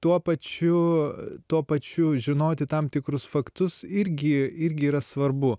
tuo pačiu tuo pačiu žinoti tam tikrus faktus irgi irgi yra svarbu